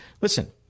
listen